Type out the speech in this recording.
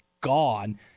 gone